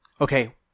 Okay